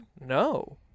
No